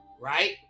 right